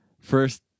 First